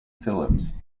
philips